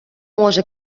може